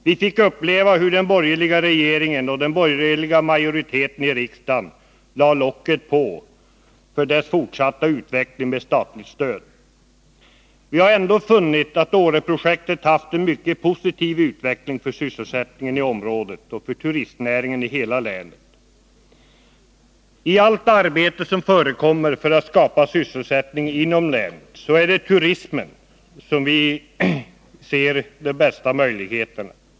Vi fick uppleva hur den borgerliga regeringen och den borgerliga majoriteten i riksdagen lade locket på för dess fortsatta utveckling med statligt stöd. Vi har ändå funnit att Åreprojektet inneburit en mycket positiv utveckling för sysselsättningen i området och för turistnäringen i hela länet. I allt arbete som förekommer för att skapa sysselsättning inom länet ser vi i turismen de bästa möjligheterna.